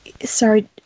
Sorry